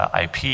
IP